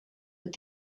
with